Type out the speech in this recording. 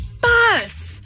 Bus